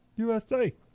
USA